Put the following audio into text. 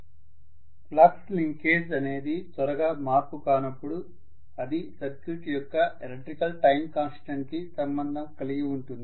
student flux linkage అనేది త్వరగా మార్పు కానప్పుడు అది సర్క్యూట్ యొక్క ఎలక్ట్రికల్ టైం కాన్స్టంట్ కి సంబంధం కలిగి ఉంటుందా